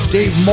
Dave